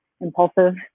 impulsive